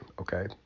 Okay